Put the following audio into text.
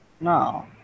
No